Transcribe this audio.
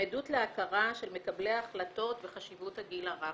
עדות להכרה של מקבלי ההחלטות וחשיבות הגיל הרך,